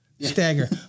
Stagger